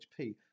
HP